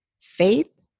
faith